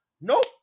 Nope